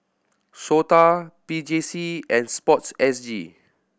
SOTA P J C and Sport S G